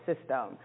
system